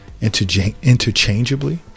Interchangeably